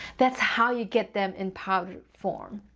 that's how you get them in powdered form.